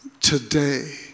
Today